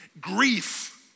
grief